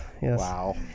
Wow